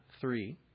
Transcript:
three